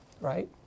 Right